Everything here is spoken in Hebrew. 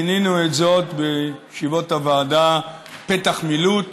כינינו את זאת בישיבות הוועדה "פתח מילוט",